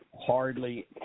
hardly